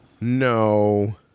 No